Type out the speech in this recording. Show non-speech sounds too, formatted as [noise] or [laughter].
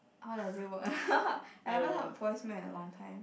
how does it work [laughs] I haven't heard voice mail at a long time